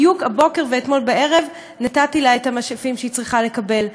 בדיוק הבוקר ואתמול בערב נתתי לה את המשאפים שהיא צריכה לקבל.